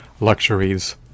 luxuries